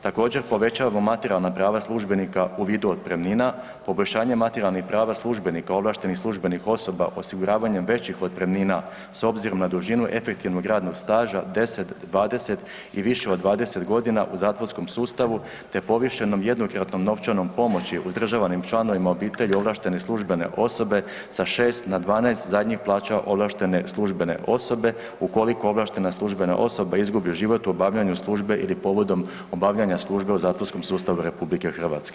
Također povećavamo materijalna prava službenika u vidu otpremnina, poboljšanje materijalnih prava službenika, ovlaštenih službenih osoba osiguravanjem većih otpremnina s obzirom na dužinu efektivnog radnog staža 10, 20 i više od 20 godina u zatvorskom sustavu te povišenom jednokratnom novčanom pomoći uzdržavanim članovima obitelji ovlaštene osobe sa 6 na 12 zadnjih plaća ovlaštene službene osobe ukoliko ovlaštena službena osoba izgubi život u obavljanju službe ili povodom obavljanje službe u zatvorskom sustavu RH.